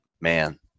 man